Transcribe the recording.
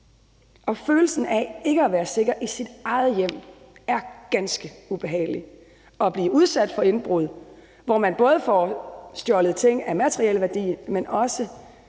Følelsen af ikke at være sikker i sit eget hjem er ganske ubehagelig. At blive udsat for indbrud, hvor man både får stjålet ting af materiel værdi, men også